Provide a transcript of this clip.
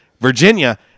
Virginia